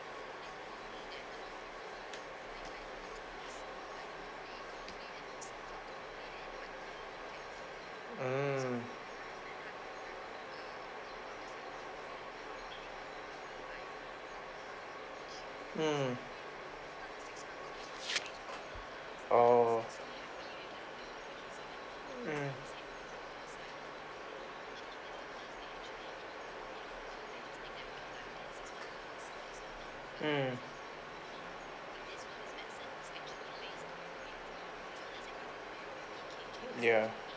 mm mm oh mm mm ya